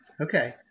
Okay